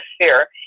atmosphere